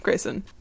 grayson